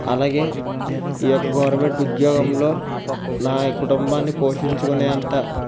అలాగే ఈ యొక్క గవర్నమెంట్ ఉద్యోగంలో నా కుటుంబాన్ని పోషించుకునే అంత